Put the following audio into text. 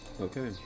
Okay